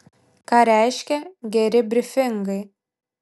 ką reiškia geri brifingai